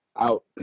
out